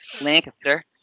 Lancaster